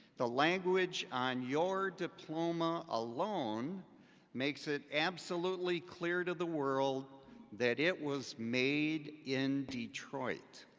the language on your diploma alone makes it absolutely clear to the world that it was made in detroit.